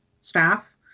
staff